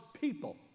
people